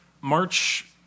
March